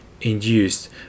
induced